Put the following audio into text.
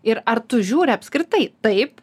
ir ar tu žiūri apskritai taip